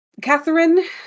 Catherine